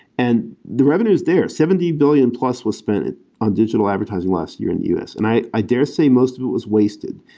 and the revenue is there, seventy billion plus was spent on digital advertising last year in the u s. and i i dare say most of it was wasted.